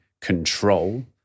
control